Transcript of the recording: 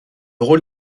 rôle